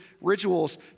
rituals